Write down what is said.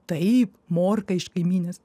taip morką iš kaimynės